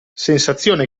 sensazione